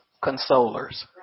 consolers